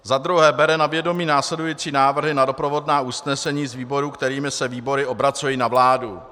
II. bere na vědomí následující návrhy na doprovodná usnesení z výborů, kterými se výbory obracejí na vládu: